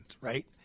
right